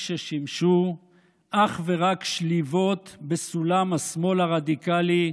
ששימשו אך ורק שליבות בסולם השמאל הרדיקלי,